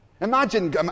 Imagine